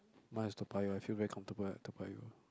mine is Toa-Payoh I feel very comfortable at Toa-Payoh